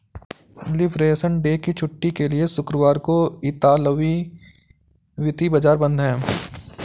liberation day की छुट्टी के लिए शुक्रवार को इतालवी वित्तीय बाजार बंद हैं